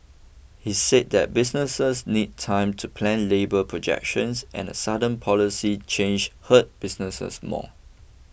he said that businesses need time to plan labour projections and a sudden policy change hurt businesses more